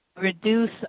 reduce